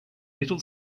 little